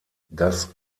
das